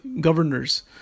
governors